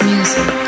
Music